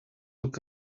look